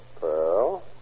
Pearl